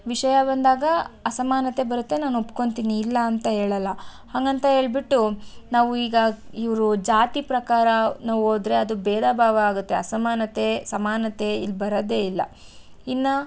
ವಿಷಯ ಬಂದಾಗ ಅಸಮಾನತೆ ಬರುತ್ತೆ ನಾನು ಒಪ್ಕೊಳ್ತೀನಿ ಇಲ್ಲ ಅಂತ ಹೇಳಲ್ಲ ಹಾಗಂತ ಹೇಳ್ಬಿಟ್ಟು ನಾವು ಈಗ ಇವ್ರ ಜಾತಿ ಪ್ರಕಾರ ನಾವು ಹೋದ್ರೆ ಅದು ಭೇದ ಭಾವ ಆಗುತ್ತೆ ಅಸಮಾನತೆ ಸಮಾನತೆ ಇಲ್ಲಿ ಬರೋದೇ ಇಲ್ಲ ಇನ್ನು